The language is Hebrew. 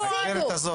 תפסיקו עם הסיפור הזה.